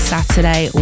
Saturday